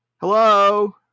Hello